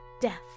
death